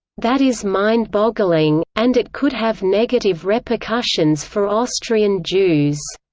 that is mind-boggling, and it could have negative repercussions for austrian jews.